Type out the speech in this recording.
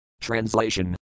Translation